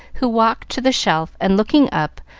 who walked to the shelf, and, looking up,